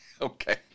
Okay